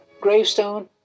Gravestone